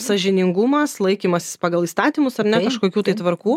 sąžiningumas laikymasis pagal įstatymus ar ne kažkokių tai tvarkų